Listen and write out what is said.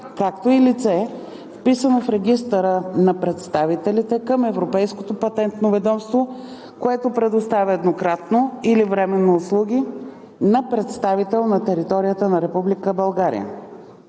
както и лице, вписано в Регистъра на представителите към Европейското патентно ведомство, което предоставя еднократно или временно услуги на представител на територията на Република